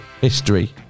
history